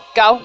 go